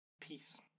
peace